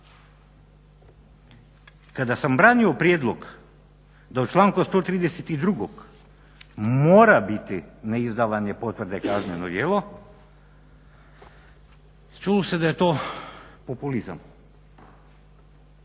Kada sam branio prijedlog da u članku 132. mora biti neizdavanje potvrde kazneno djelo, čulo se da je to populizam.